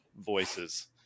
Voices